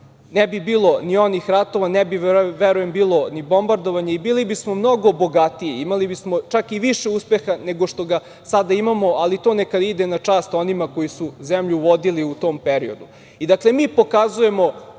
Ne bi bilo ni onih ratova, ne bi, verujem, bilo ni bombardovanja i bili bismo mnogo bogatiji. Imali bismo čak i više uspeha nego što ga sada imamo, ali to neka ide na čast onima koji su zemlju vodili u tom periodu. Dakle,